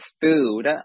food